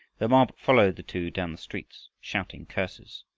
the mob followed the two down the streets, shouting curses.